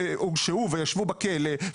שהורשעו וישבו בכלא,